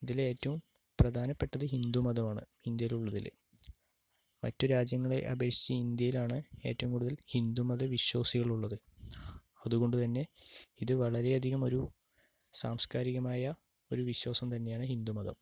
ഇതിലേറ്റവും പ്രധാനപ്പെട്ടത് ഹിന്ദു മതമാണ് ഇന്ത്യയിൽ ഉള്ളതില് മറ്റ് രാജ്യങ്ങളെ അപേക്ഷിച്ച് ഇന്ത്യയിലാണ് ഏറ്റവും കൂടുതൽ ഹിന്ദുമത വിശ്വാസികളുള്ളത് അതുകൊണ്ട് തന്നെ ഇത് വളരെയധികം ഒരു സാംസ്കാരികമായ ഒരു വിശ്വാസം തന്നെയാണ് ഹിന്ദുമതം